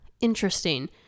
Interesting